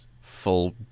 full